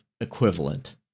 equivalent